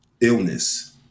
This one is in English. illness